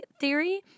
theory